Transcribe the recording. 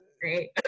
great